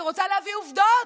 שרוצה להביא עובדות,